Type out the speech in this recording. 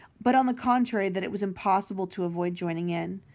but, on the contrary, that it was impossible to avoid joining in.